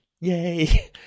Yay